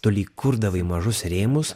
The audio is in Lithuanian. tu lyg kurdavai mažus rėmus